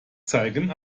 zeigen